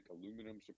aluminum